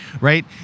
Right